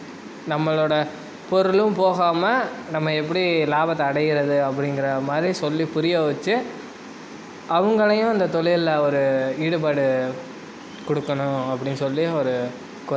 நம்மளோடய பொருளும் போகாமல் நம்ம எப்படி லாபத்தை அடைகிறது அப்படிங்ற மாதிரி சொல்லி புரிய வச்சு அவர்களையும் அந்த தொழில்ல ஒரு ஈடுபாடு கொடுக்கணும் அப்படின்னு சொல்லி ஒரு கோரிக்கை வைப்பேன்